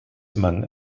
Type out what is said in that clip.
among